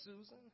Susan